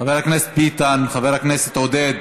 חבר הכנסת ביטן, חבר הכנסת עודד,